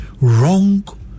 wrong